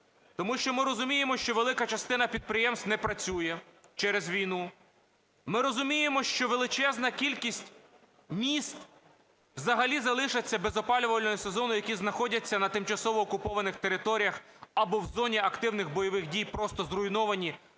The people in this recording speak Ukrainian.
Тому що ми розуміємо, що велика частина підприємств не працює через війну. Ми розуміємо, що величезна кількість міст взагалі залишаться без опалювального сезону, які знаходяться на тимчасово окупованих територіях або в зоні активних бойових дій, просто зруйновані